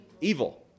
evil